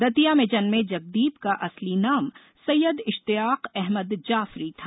दतिया में जन्मे जगदीप का असली नाम सैयद इश्तियाक अहमद जाफरी था